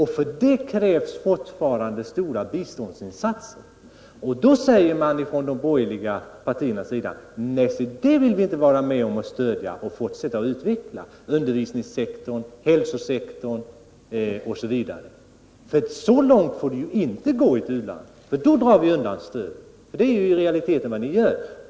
Härför krävs fortfarande stora biståndsinsatser. Då säger man från de borgerliga partiernas sida: Nej, vi vill inte vara med om att stödja en fortsatt utveckling — av undervisningssektorn, hälsosektorn osv. Så långt får det inte gå i ett u-land — då drar vi undan stödet. Det är ju i realiteten vad ni gör.